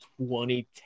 2010